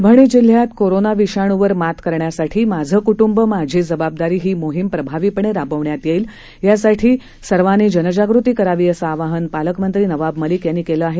परभणी जिल्ह्यात कोरोना विषाणूवर मात करण्यासाठी माझं कुटूंब माझी जबाबदारी ही मोहिम प्रभावीपणे राबवण्यात येईल यासाठी अधिकारी कर्मचाऱ्यांनी जनजागृती करावी असं आवाहन पालकमंत्री नवाब मलिक यांनी केलं आहे